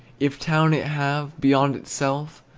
if town it have, beyond itself,